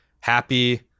happy